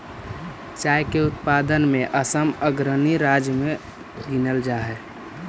चाय के उत्पादन में असम अग्रणी राज्य में गिनल जा हई